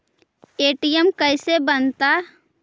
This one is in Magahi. ए.टी.एम कैसे बनता?